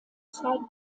zeit